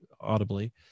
audibly